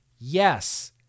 Yes